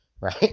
right